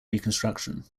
reconstruction